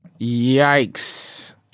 Yikes